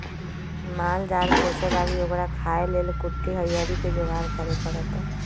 माल जाल पोशे लागी ओकरा खाय् लेल कुट्टी हरियरी कें जोगार करे परत